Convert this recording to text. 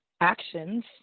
actions